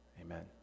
Amen